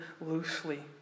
loosely